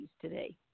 today